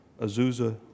Azusa